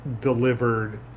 delivered